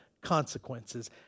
consequences